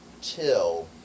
till